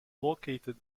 located